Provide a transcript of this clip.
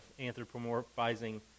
anthropomorphizing